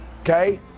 Okay